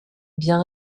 bien